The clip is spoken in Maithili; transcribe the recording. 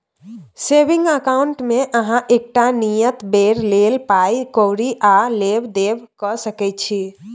सेबिंग अकाउंटमे अहाँ एकटा नियत बेर लेल पाइ कौरी आ लेब देब कअ सकै छी